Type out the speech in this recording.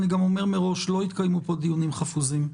לא יתקיימו פה דיונים חפוזים,